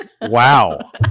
wow